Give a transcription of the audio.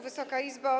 Wysoka Izbo!